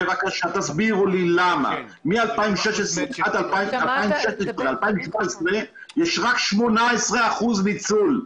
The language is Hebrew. תסבירו לי למה מ-2016 עד 2017 יש רק 18% ניצול?